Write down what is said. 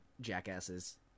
jackasses